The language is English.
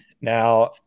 Now